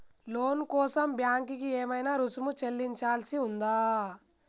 లోను కోసం బ్యాంక్ కి ఏమైనా రుసుము చెల్లించాల్సి ఉందా?